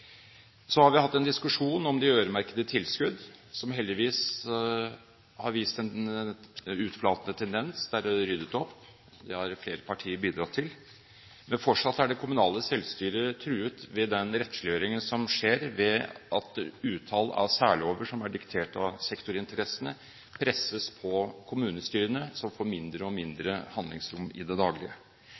Så har vi hatt en diskusjon om øremerkede tilskudd, som heldigvis har vist en utflatende tendens. Der er det ryddet opp. Det har flere partier bidratt til. Men fortsatt er det kommunale selvstyret truet ved den rettsliggjøringen som skjer ved at et utall særlover som er diktert av sektorinteressene, presses på kommunestyrene, som får mindre og mindre handlingsrom i det daglige.